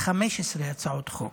15 הצעות חוק,